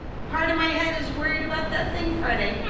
part of my head is worried about that thing friday,